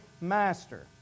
master